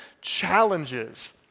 challenges